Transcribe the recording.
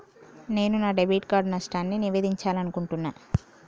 నేను నా debit card నష్టాన్ని నివేదించాలనుకుంటున్నా